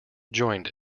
joined